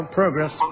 progress